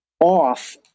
off